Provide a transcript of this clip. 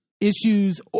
issues